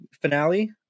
finale